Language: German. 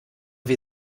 wir